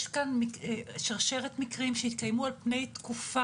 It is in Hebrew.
אבל במקרה הזה יש כאן שרשרת מקרים שהתקיימו על פני תקופה.